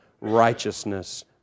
righteousness